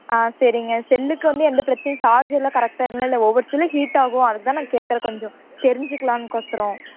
ஆ சரிங்க செல்லுக்கு வந்து எந்த பிரச்சினையும் சார்ஜுலாம் கரெக்டாக ஏறுல இல்லை ஒவ்வொரு செல்லு ஹீட் ஆகும் அதுக்குதான் நான் கேக்கிறேன் கொஞ்சம் தெரிஞ்சிக்கலாம்னு கொசறம்